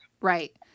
Right